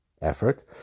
Effort